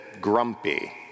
grumpy